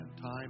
Time